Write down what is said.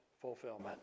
fulfillment